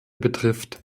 betrifft